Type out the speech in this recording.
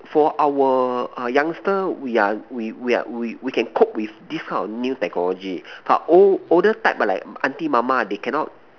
for our ah youngster we are we we are we we can cope with this kind of new technology but old older type ah like auntie mama they cannot